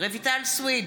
רויטל סויד,